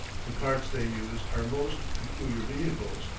the carts they use are most peculiar vehicles,